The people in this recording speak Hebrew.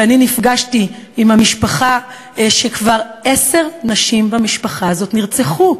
ואני נפגשתי עם המשפחה שכבר עשר נשים בה נרצחו.